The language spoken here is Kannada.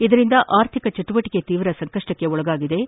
ಇದರಿಂದ ಆರ್ಥಿಕ ಚಟುವಟಿಕೆಯೂ ತೀವ್ರ ಸಂಕಷ್ಟಕ್ಕೊಳಗಾಗಿದ್ದು